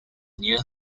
near